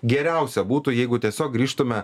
geriausia būtų jeigu tiesiog grįžtume